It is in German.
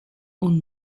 und